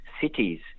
cities